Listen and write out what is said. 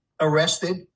arrested